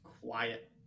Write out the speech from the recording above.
quiet